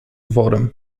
worem